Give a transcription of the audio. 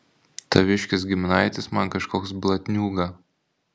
taviškis giminaitis man kažkoks blatniūga